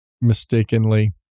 mistakenly